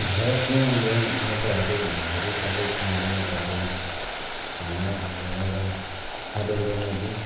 भारतमा अब नेताहरू भन्दाखेरि सबै चिनेको नेताहरू भन्दा अब एउटा नरेन्द्र मोदी